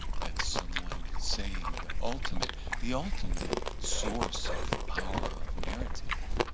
that's someone saying the ultimate the ultimate source of power, of narrative